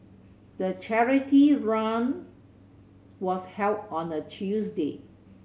the charity run was held on a Tuesday